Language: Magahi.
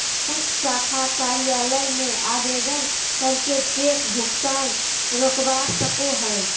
बैंक शाखा कार्यालय में आवेदन करके चेक भुगतान रोकवा सको हय